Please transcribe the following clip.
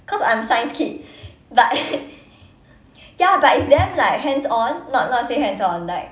cause I'm science kid but ya but it's damn like hands on not not say hands on like